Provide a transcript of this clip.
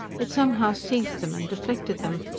it somehow seized them and deflected them,